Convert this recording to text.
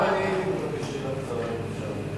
גם אני מבקש שאלה קצרה, אם אפשר.